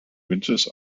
winters